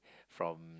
from